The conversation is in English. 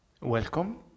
Welcome